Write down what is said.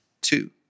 Two